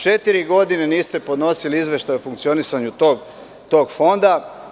Četiri godine niste podnosili izveštaj o funkcionisanju tog fonda.